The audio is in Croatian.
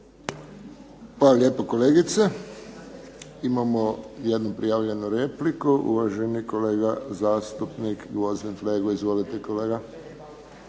Hvala lijepo kolegice. Imamo jednu prijavljenu repliku, uvaženi kolega zastupnik Gvozden Flego. Izvolite kolega.